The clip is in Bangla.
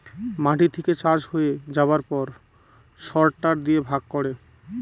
মাটি থেকে চাষ হয়ে যাবার পর সরটার দিয়ে ভাগ করে